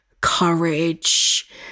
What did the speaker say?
courage